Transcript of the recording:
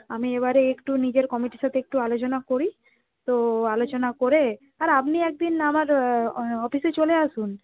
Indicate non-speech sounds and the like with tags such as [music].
আমি এবারে একটু নিজের কমিটির সাথে একটু আলোচনা করি তো আলোচনা করে আর আপনি একদিন আমার [unintelligible] অফিসে চলে আসুন